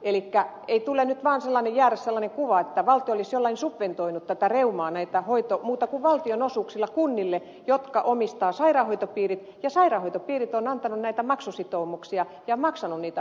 elikkä ei saa nyt vaan jäädä sellainen kuva että valtio olisi jollain muulla subventoinut tätä reumaa kuin valtionosuuksilla kunnille jotka omistavat sairaanhoitopiirit ja sairaanhoitopiirit ovat antaneet näitä maksusitoumuksia ja maksanut niitä hoitoja